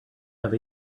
have